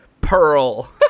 pearl